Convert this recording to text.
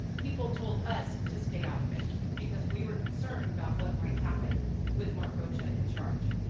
people told us to stay out of it because we were concerned about what might happen with mark rocha in charge.